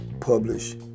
publish